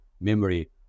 memory